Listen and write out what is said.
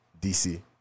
DC